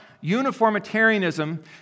Uniformitarianism